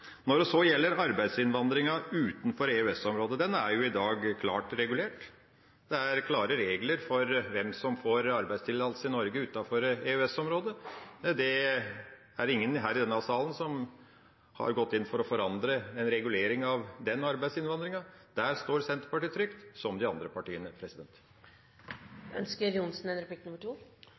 Når det så gjelder arbeidsinnvandringa utenfor EØS-området, er den klart regulert. Det er klare regler for hvem som får arbeidstillatelse i Norge utenfor EØS-området. Det er ingen i denne salen som har gått inn for å forandre en regulering av den arbeidsinnvandringa. Der står Senterpartiet trygt, som de andre partiene.